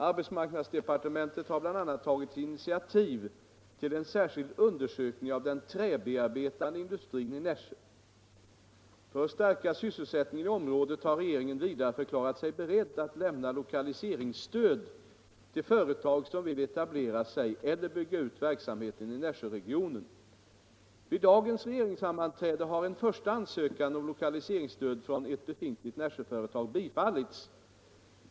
Arbetsmarknadsdepartementet har bl.a. tagit initiativ till en särskild undersökning av den träbearbetande industrin i Nässjö. För att stärka sysselsättningen i området har regeringen vidare förklarat sig beredd att lämna lokaliseringsstöd till företag som vill etablera sig eller bygga ut verksamheten i Nässjöregionen. Vid dagens regeringssammanträde har en första ansökan om lokaliseringsstöd från ett befintligt Nässjöföretag bifallits.